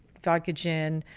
vodka gin,